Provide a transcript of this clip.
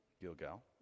Gilgal